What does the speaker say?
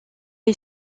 est